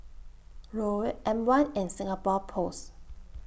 Raoul M one and Singapore Post